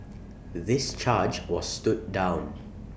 this charge was stood down